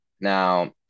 Now